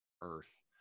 Earth